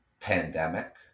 Pandemic